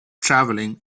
travelling